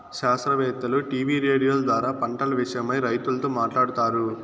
శాస్త్రవేత్తలు టీవీ రేడియోల ద్వారా పంటల విషయమై రైతులతో మాట్లాడుతారు